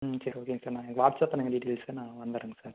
ம் சரி ஓகேங்க சார் நான் வாட்ஸப் பண்ணுங்க டீடெய்ல்சை நான் வந்துடறேங்க சார்